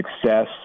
success